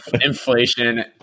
Inflation